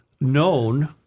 known